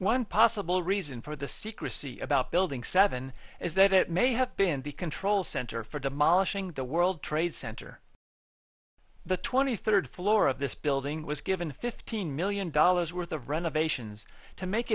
one possible reason for the secrecy about building seven is that it may have been the control center for demolishing the world trade center the twenty third floor of this building was given fifteen million dollars worth of renovations to make